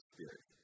Spirit